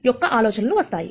యొక్క ఆలోచనలు వస్తాయి